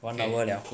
one hour liao